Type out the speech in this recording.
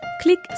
Click